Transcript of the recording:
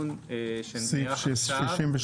הדיון שנערך עכשיו, סעיפים 63,